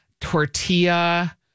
tortilla